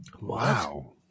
Wow